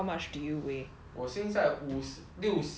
我现在五六十七